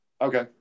Okay